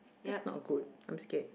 that's not good I'm scared